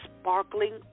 sparkling